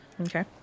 Okay